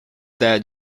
dad